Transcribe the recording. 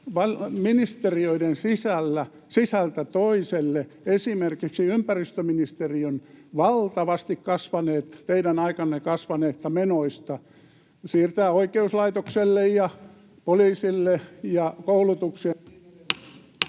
ministeriöiden sisällä yhdeltä toiselle, esimerkiksi ympäristöministeriön teidän aikananne valtavasti kasvaneista menoista siirtää oikeuslaitokselle ja poliisille ja koulutukseen